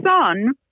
son